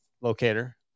locator